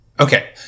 Okay